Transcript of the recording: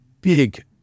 big